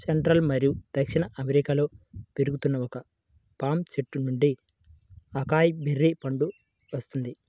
central మరియు దక్షిణ అమెరికాలో పెరుగుతున్న ఒక పామ్ చెట్టు నుండి అకాయ్ బెర్రీ పండు వస్తుంది